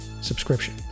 subscription